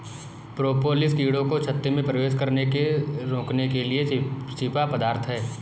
propolis कीड़ों को छत्ते में प्रवेश करने से रोकने के लिए चिपचिपा पदार्थ है